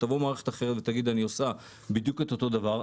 תבוא מערכת אחרת ותגיד שהיא עושה בדיוק את אותו דבר,